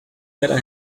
better